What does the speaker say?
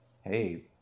hey